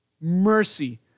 Mercy